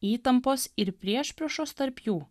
įtampos ir priešpriešos tarp jų